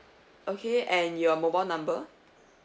okay and your mobile number